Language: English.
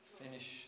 finish